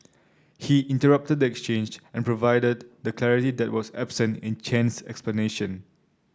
he interrupted the exchange and provided the clarity that was absent in Chen's explanation